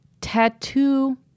tattoo